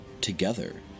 Together